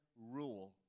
rule